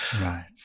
Right